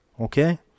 okay